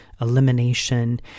elimination